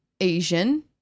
Asian